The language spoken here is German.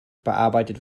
bearbeitet